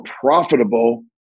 profitable